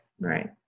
right